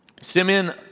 Simeon